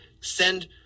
send